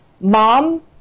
Mom